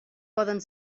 poden